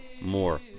more